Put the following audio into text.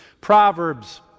Proverbs